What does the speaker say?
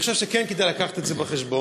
אני חושב שכן כדאי להביא את זה בחשבון,